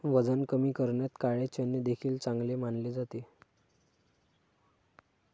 वजन कमी करण्यात काळे चणे देखील चांगले मानले जाते